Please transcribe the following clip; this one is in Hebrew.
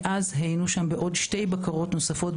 מאז היינו שם בעוד שתי בקרות נוספות,